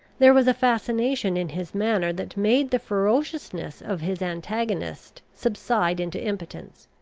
there was a fascination in his manner that made the ferociousness of his antagonist subside into impotence.